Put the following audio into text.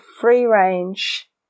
free-range